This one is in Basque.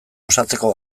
osatzeko